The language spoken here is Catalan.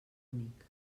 únic